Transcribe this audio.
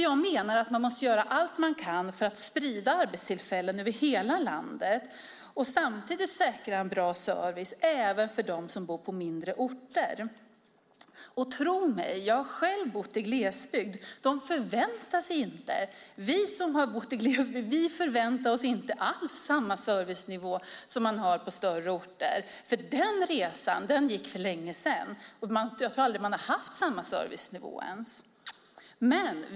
Jag menar att man måste göra allt man kan för att sprida arbetstillfällen över hela landet och samtidigt säkra en bra service även för dem som bor på mindre orter. Jag har själv bott i glesbygd, och tro mig, vi som bott i glesbygd förväntar oss inte alls samma servicenivå som man har på större orter. Den resan gick för länge sedan. Jag tror inte ens att man har haft samma servicenivå.